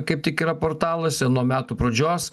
kaip tik yra portaluose nuo metų pradžios